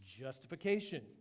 justification